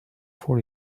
for